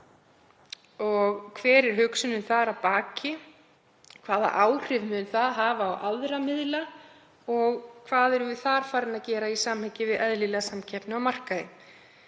Og hver er hugsunin þar að baki? Hvaða áhrif mun það hafa á aðra miðla? Og hvað erum við þar farin að gera í samhengi við eðlilega samkeppni á markaði?